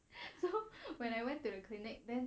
so when I went to the clinic then